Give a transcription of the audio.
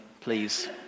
please